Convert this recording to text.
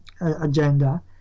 agenda